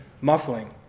muffling